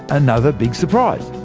another big surprise.